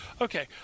Okay